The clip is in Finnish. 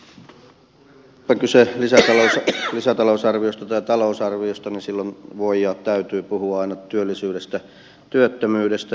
kun on kyse lisätalousarviosta tai talousarviosta niin silloin voi ja täytyy puhua aina työllisyydestä työttömyydestä